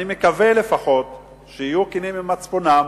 אני מקווה לפחות שיהיו כנים עם מצפונם,